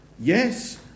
Yes